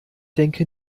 denke